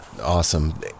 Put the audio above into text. awesome